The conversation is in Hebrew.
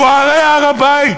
גוהרי הר-הבית,